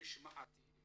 משמעתיים